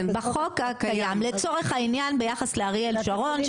לצורך העניין ביחס לאריאל שרון,